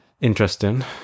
Interesting